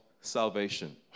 salvation